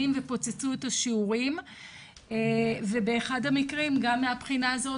ופוצצו את השיעורים ובאחד המקרים גם מהבחינה הזאת,